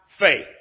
faith